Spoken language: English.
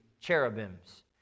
cherubims